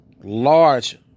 large